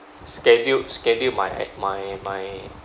scheduled schedule my my my